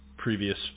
previous